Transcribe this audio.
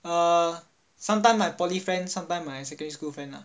uh sometime my poly friend sometime my secondary school friend lah